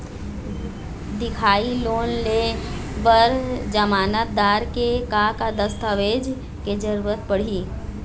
दिखाही लोन ले बर जमानतदार के का का दस्तावेज के जरूरत पड़ही?